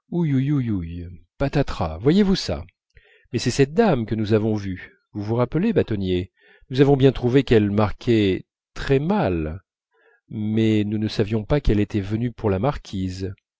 ouil you uouil patatras voyez-vous ça mais c'est cette dame que nous avons vue vous vous rappelez bâtonnier nous avons bien trouvé qu'elle marquait très mal mais nous ne savions pas qu'elle était venue pour la marquise